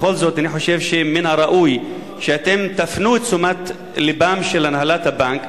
אני חושב שמן הראוי שאתם תפנו את תשומת לבה של הנהלת הבנק,